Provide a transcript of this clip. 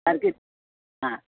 सारकी आं